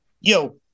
Yo